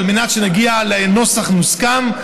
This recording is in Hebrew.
על מנת שנגיע לנוסח מוסכם,